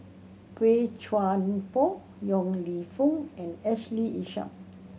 Boey Chuan Poh Yong Lew Foong and Ashley Isham